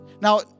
Now